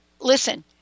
listen